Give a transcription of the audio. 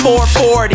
440